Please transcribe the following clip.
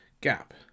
gap